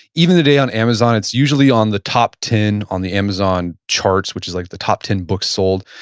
even today on amazon, it's usually on the top ten on the amazon charts, which is like the top ten books sold.